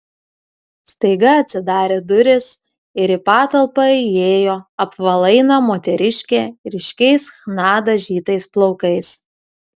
staiga atsidarė durys ir į patalpą įėjo apvalaina moteriškė ryškiais chna dažytais plaukais